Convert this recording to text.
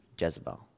Jezebel